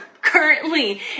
currently